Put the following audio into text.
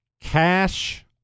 cash